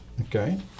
okay